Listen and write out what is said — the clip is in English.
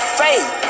faith